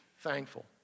thankful